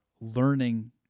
learning